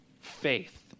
Faith